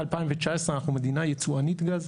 מ-2019 אנחנו מדינה יצואנית גז,